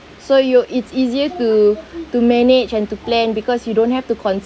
so you it's easier to to manage and to plan because you don't have to consider